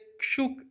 shook